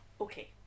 Okay